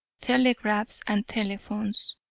telegraphs, and telephones,